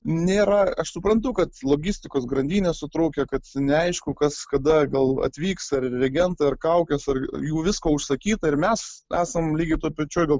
nėra aš suprantu kad logistikos grandinės sutrūkę kad neaišku kas kada gal atvyks ar reagentai ar kaukes ar jų visko užsakyta ir mes esam lygiai toj pačioj gal